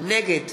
נגד